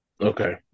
Okay